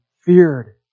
feared